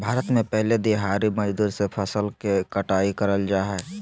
भारत में पहले दिहाड़ी मजदूर से फसल के कटाई कराल जा हलय